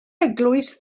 eglwys